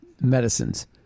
medicines